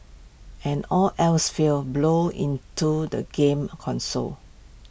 and all else fails blow into the game console